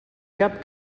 cap